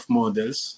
models